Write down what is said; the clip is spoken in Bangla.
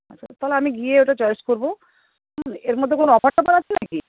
আচ্ছা তাহলে আমি গিয়ে ওটা চয়েস করবো এর মধ্যে কোনো অফার টফার আছে নাকি